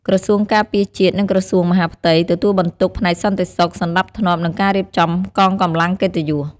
ក្រសួងការពារជាតិ និងក្រសួងមហាផ្ទៃ ទទួលបន្ទុកផ្នែកសន្តិសុខ សណ្ដាប់ធ្នាប់ និងការរៀបចំកងកម្លាំងកិត្តិយស។